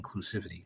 inclusivity